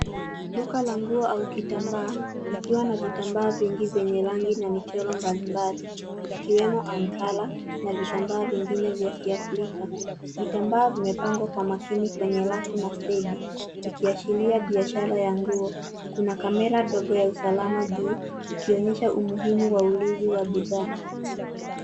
Duka la nguo au kitambaa likiwa vitambaa vingi venye rangi na micvhoro mbalimbali vikiwemo ankara na vitambaa vingine vya Kiafrika vitambaa vimepangwa kwa makini kwenye rafu na stendi vikiashiria biashara ya nguo. Kuna kamera ndogo ya usalama juu ikionyesha umuhimu wa ulinzi wa bidhaa.